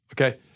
okay